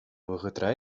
вӑхӑтра